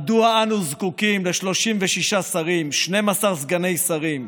מדוע אנו זקוקים ל-36 שרים ו-12 סגני שרים?